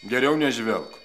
geriau nežvelk